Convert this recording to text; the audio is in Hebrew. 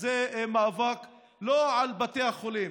וזה מאבק לא על בתי החולים,